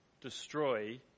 destroy